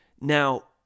Now